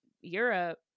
Europe